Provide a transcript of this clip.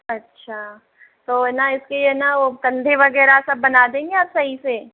अच्छा तो है ना इसकी है ना कंधा वगैरह सब बना देंगे आप सही से